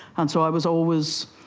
and so i was always,